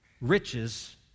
riches